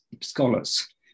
scholars